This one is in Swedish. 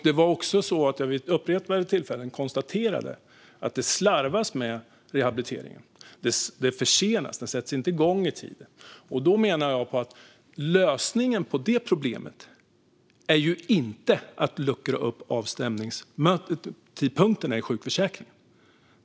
Det var också så att jag vid upprepade tillfällen konstaterade att det slarvas med rehabiliteringen. Den försenas och sätts inte igång i tid. Jag menar att lösningen på detta problem inte är att luckra upp avstämningspunkterna i sjukförsäkringen.